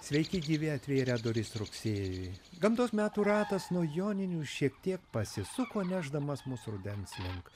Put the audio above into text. sveiki gyvi atvėrę duris rugsėjį gamtos metų ratas nuo joninių šiek tiek pasisuko nešdamas mus rudens link